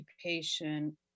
occupation